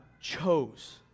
chose